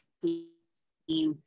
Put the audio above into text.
team